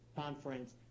conference